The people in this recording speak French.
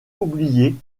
oubliés